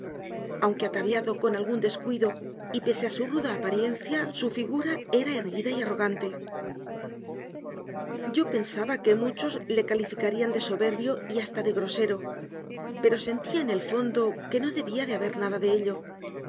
caballero aunque ataviado con algún descuido y pese a su ruda apariencia su figura era erguida y arrogante yo pensaba que muchos le calificarían de soberbio y hasta de grosero pero sentía en el fondo que no debía de haber nada de ello